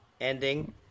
ending